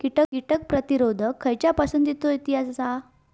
कीटक प्रतिरोधक खयच्या पसंतीचो इतिहास आसा?